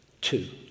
Two